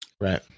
Right